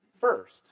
first